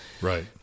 Right